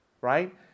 right